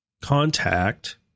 contact